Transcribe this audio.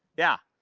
yeah,